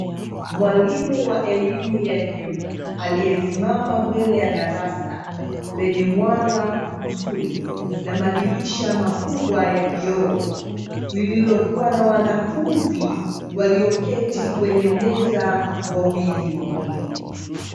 Mwalimu wa elimu ya juu aliyesimama mbele ya darasa lenye mwanga mzuri na madirisha makubwa ya vioo, lililokuwa na wanafunzi walioketi kwenye meza wawili wawili.